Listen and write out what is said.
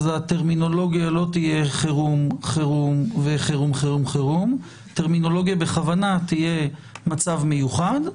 הטרמינולוגיה לא תהיה חירום-חירום וחירום-חירום-חירום אלא מצב מיוחד,